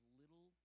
little